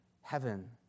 heaven